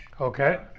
Okay